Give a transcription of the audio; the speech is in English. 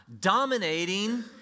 Dominating